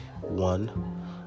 one